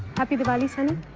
happy diwali! so um